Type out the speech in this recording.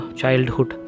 childhood